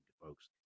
folks